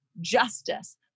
justice